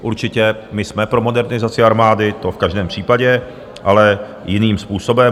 Určitě jsme pro modernizaci armády, to v každém případě, ale jiným způsobem.